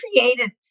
created